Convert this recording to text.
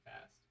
fast